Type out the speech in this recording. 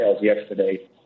yesterday